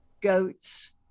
goats